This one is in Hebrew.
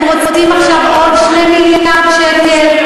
אתם רוצים עכשיו עוד 2 מיליארד שקל?